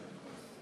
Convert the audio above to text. לגביהם.